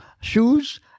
shoes